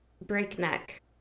breakneck